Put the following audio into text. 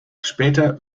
später